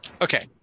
Okay